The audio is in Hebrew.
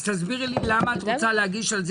אז תסבירי לי למה את רוצה להגיש על זה